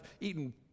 eaten